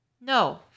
No